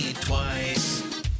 twice